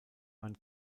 man